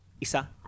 isa